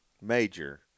major